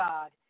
God